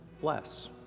bless